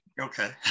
Okay